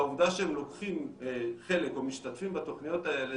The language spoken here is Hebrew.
העובדה שהם לוקחים חלק או משתתפים בתוכניות האלה